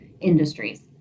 industries